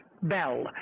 Bell